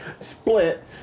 split